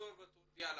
תחזור אלינו ותודיע.